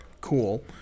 Cool